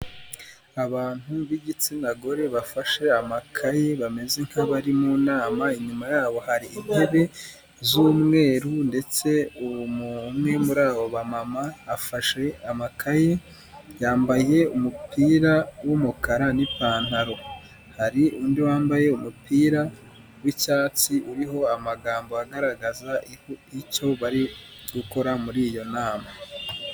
Abantu b'igitsina gore bafashe amakaye bameze nk'abari mu nama, inyuma yabo hari intebe z'umweru ndetse umwe muri abo ba mama afashe amakaye yambaye umupira w'umukara n'ipantaro. Hari undi wambaye umupira w'icyatsi uriho amagambo agaragaza icyo bari gukora muri iyo nama.